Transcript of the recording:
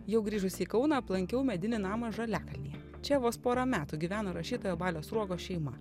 jau grįžusi į kauną aplankiau medinį namą žaliakalnyje čia vos porą metų gyveno rašytojo balio sruogos šeima